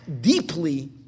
deeply